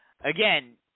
again